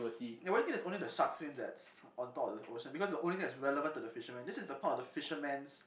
ya what do you think there's only the shark's fin that's on top of the ocean because the only thing that's relevant to the fisherman this is the part of the fisherman's